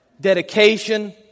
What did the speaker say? dedication